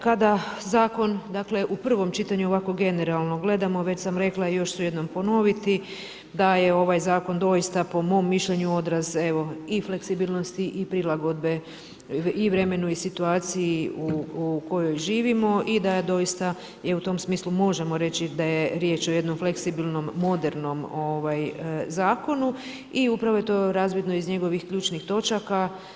Kada zakon u prvom čitanju ovako generalno gledamo, već sam rekla i još ću jednom ponoviti, da je ovaj zakon doista po mom mišljenju odraz i fleksibilnosti i prilagodbe i vremenu i situaciji u kojoj živimo i da doista u tom smislu možemo reći da je riječ o jednom fleksibilnom, modernom zakonu i upravo je to razvidno iz njegovih ključnih točaka.